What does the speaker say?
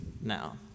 now